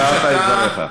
הבהרת את דבריך.